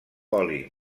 oli